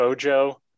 Bojo